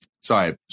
sorry